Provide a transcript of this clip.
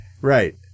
Right